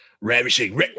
Ravishing